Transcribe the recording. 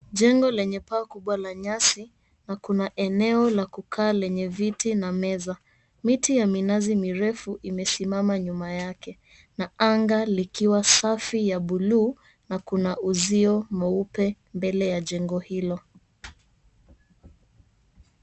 Jengo lenye paa kubwa la nyasi na kuna eneo la kukaa lenye viti na meza. Miti ya minazi mirefu imesimama nyuma yake na anga likiwa safi ya bluu na kuna uzio mweupe mbele ya jengo hilo.